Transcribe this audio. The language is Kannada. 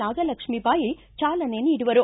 ನಾಗಲಕ್ಸ್ ಬಾಯಿ ಚಾಲನೆ ನೀಡುವರು